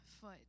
foot